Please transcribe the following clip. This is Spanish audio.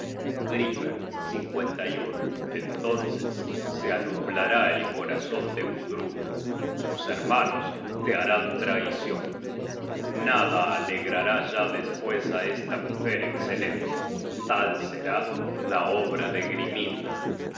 griper entonces se anublará el corazon de gudruna sus hermanos te harán traicion nada alegrará ya despues á esta mujer escelente tal será la obra de grimhilda